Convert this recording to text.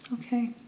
Okay